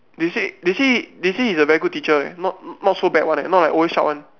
they say they say they say he's a very good teacher leh not not so bad one not like always shout one